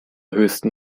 höchsten